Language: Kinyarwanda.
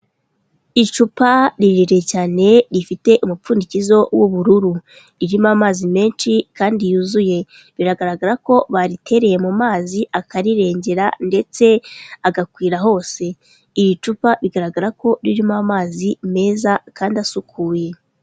Icupa rirerire cyane rifite umupfundikizo w'ubururu, ririmo amazi menshi kandi yuzuye, biragaragara ko baritereye mu mazi akarirengera ndetse agakwira hose, iri cupa bigaragara ko ririmo amazi meza kandi asukuye.